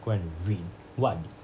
go and read what